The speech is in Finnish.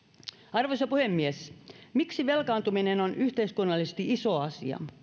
arvoisa puhemies miksi velkaantuminen on yhteiskunnallisesti iso asia